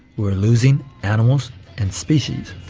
we are losing animals and species.